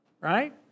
right